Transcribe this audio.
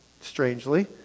strangely